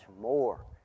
more